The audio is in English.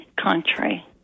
country